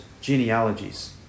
genealogies